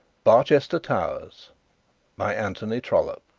barchester towers by anthony trollope